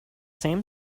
same